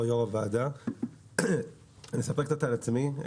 אני אספר קצת על עצמי.